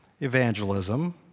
evangelism